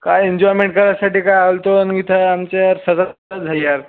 काय एन्जॉयमेंट करायसाठी काय आलो होतो अन् इथं आमचे यार सजाच झाली यार